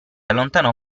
allontanò